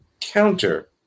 counter